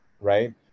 right